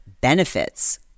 benefits